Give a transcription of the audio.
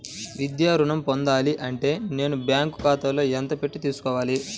విద్యా ఋణం పొందాలి అంటే నేను బ్యాంకు ఖాతాలో ఎంత పెట్టి తీసుకోవాలి?